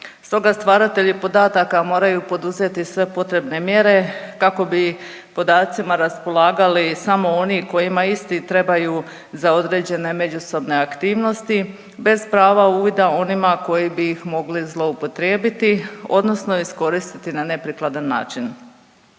Stoga stvaratelji podataka moraju poduzeti sve potrebne mjere kako bi podacima raspolagali samo oni kojima isti trebaju za određene međusobne aktivnosti, bez prava uvida onima koji bi ih mogli zloupotrijebiti odnosno iskoristiti na neprikladan način.